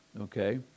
okay